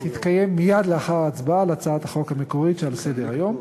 תתקיים מייד לאחר ההצבעה על הצעת החוק המקורית שעל סדר-היום.